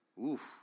Oof